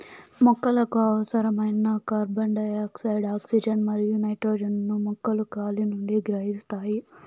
మొక్కలకు అవసరమైన carbon dioxide, oxygen మరియు నైట్రోజన్ ను మొక్కలు గాలి నుండి గ్రహిస్తాయి